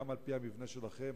גם על-פי המבנה שלכם,